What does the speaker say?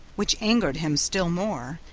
which angered him still more,